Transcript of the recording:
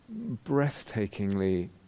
breathtakingly